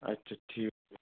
আচ্ছা ঠিক আছে